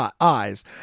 eyes